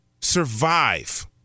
survive